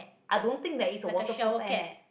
I don't think there is a water proof hairnet